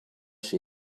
she